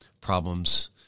problems